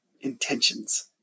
intentions